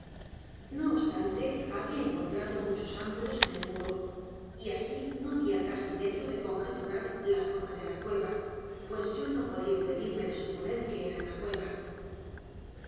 no obstante había encontrado muchos ángulos en el m u r o y así no había casi medio de conjeturar la forma de la cueva pues yo no podía impedirme de suponer que era una cueva